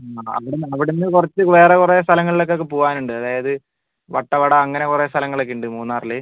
അതെ അവിടുന്ന് കുറച്ച് വേറെ കുറേ സ്ഥലങ്ങളിൽ ഒക്കെ പോകാനുണ്ട് അതായത് വട്ടവട അങ്ങനെ കുറെ സ്ഥലങ്ങളൊക്കെ ഉണ്ട് മൂന്നാറില്